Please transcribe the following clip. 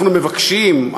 אנחנו מבקשים,